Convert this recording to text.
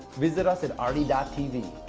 visit us at arti tv